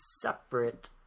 separate